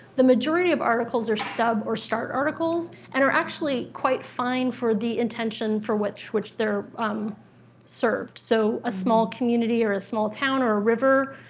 the majority of articles are stub or start articles and are actually quite fine for the intention for which which they're served, so a small community, or a small town, or a river.